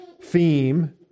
theme